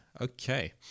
Okay